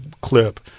clip